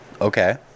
Okay